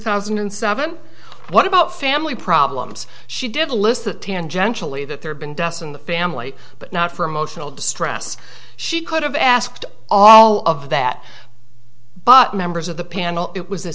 thousand and seven what about family problems she did a list that tangentially that there have been deaths in the family but not for emotional distress she could have asked all of that but members of the panel it was